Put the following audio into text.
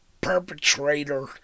perpetrator